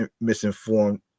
misinformed